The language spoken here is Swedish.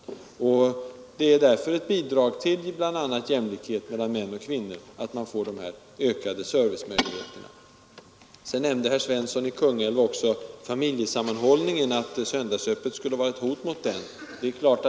Dessa ökade servicemöjligheter innebär därför ett bidrag till bl.a. jämlikheten mellan män och kvinnor. Herr Svensson i Kungälv nämnde också att söndagsöppet skulle vara ett hot mot familjesammanhållningen.